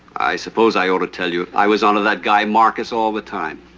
i suppose i ought to tell you, i was on to that guy marcus all the time.